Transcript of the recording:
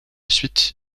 suite